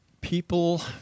people